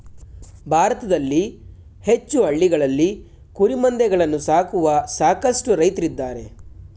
ಭಾರತದಲ್ಲಿ ಹೆಚ್ಚು ಹಳ್ಳಿಗಳಲ್ಲಿ ಕುರಿಮಂದೆಗಳನ್ನು ಸಾಕುವ ಸಾಕಷ್ಟು ರೈತ್ರಿದ್ದಾರೆ